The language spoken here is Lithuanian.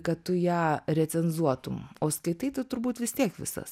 kad tu ją recenzuotum o skaitai tu turbūt vis tiek visas